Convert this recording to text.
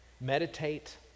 meditate